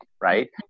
right